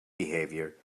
behaviour